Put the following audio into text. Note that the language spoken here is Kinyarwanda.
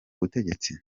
butegetsi